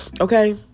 okay